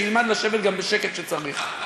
שילמד לשבת גם בשקט כשצריך.